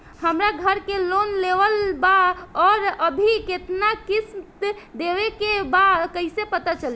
हमरा घर के लोन लेवल बा आउर अभी केतना किश्त देवे के बा कैसे पता चली?